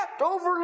over